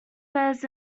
bears